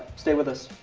stay with us,